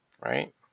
right